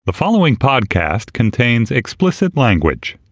the following podcast contains explicit language